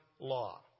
law